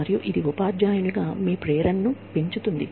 మరియు ఇది ఉపాధ్యాయునిగా మీ ప్రేరణను పెంచుతుంది